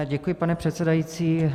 Děkuji, pane předsedající.